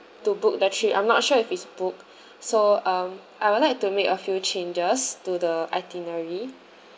to book the trip I'm not sure if it's booked so um I would like to make a few changes to the itinerary